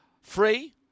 free